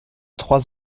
trois